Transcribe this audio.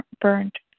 burned